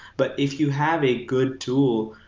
but if you have a good tool,